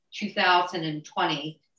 2020